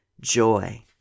joy